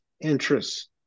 Interests